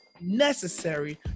necessary